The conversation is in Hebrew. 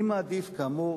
אני מעדיף, כאמור,